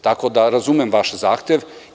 Tako da, razumem vaš zahtev.